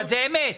אבל זה אמת.